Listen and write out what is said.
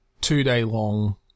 two-day-long